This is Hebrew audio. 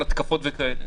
על התקפות וכדו'.